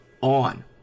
on